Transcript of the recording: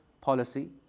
policy